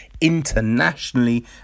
internationally